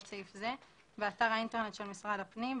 סעיף זה באתר האינטרנט של משרד הפנים,